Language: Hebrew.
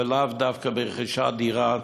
ולאו דווקא ברכישת דירה,